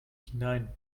hinein